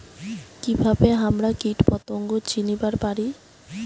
কিভাবে হামরা কীটপতঙ্গ চিনিবার পারি?